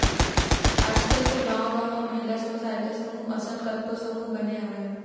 आजकल तो गाँव गाँव म महिला स्व सहायता समूह असन कतको समूह बने हवय